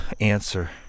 answer